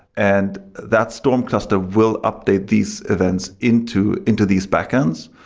and that storm cluster will update these events into into these backends.